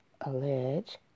allege